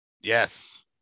Yes